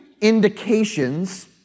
indications